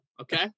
okay